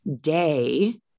day